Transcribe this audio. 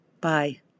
Bye